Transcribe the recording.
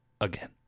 again